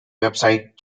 website